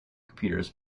computers